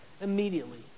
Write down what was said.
immediately